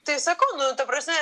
tai sakau nu ta prasme